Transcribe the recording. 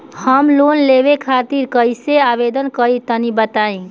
हम लोन लेवे खातिर कइसे आवेदन करी तनि बताईं?